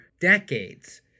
decades